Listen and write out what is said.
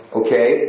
okay